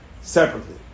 separately